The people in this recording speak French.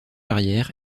arrière